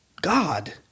God